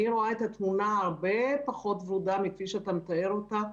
אני רואה את התמונה הרבה פחות ורודה מאיך שאתה מתאר אותה.